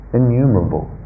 innumerable